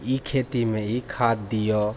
ई खेतीमे ई खाद दिअ